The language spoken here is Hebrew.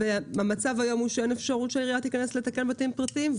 המצב היום הוא שאין אפשרות שהעירייה תיכנס לתקן בתים פרטיים,